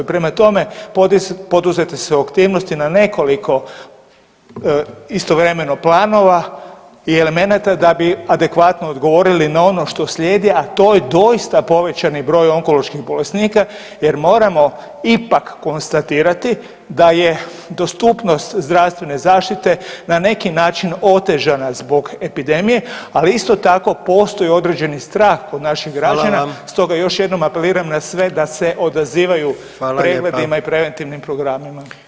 Prema tome, poduzete su aktivnosti na nekoliko istovremeno planova i elemenata da bi adekvatno odgovorili na ono što slijedi, a to je doista povećani broj onkoloških bolesnika jer moramo ipak konstatirati da je dostupnost zdravstvene zaštite na neki način otežana zbog epidemije, ali isto tako postoji određeni strah kod naših građana, stoga još jednom apeliram na sve da se odazivaju pregledima i preventivnim programima.